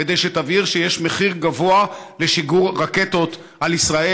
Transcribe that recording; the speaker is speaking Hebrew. שתבהיר שיש מחיר גבוה לשיגור רקטות על ישראל,